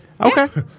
Okay